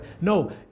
No